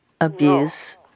abuse